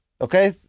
okay